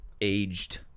aged